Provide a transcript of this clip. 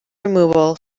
removal